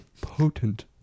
potent